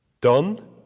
done